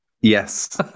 Yes